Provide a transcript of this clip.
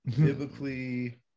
biblically